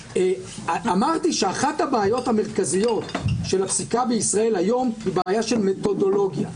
אז צריך לומר שבפסיקה שלנו ובפסיקה של מדינות אחרות השאלה הזאת קיימת.